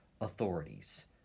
authorities